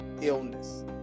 illness